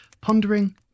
pondering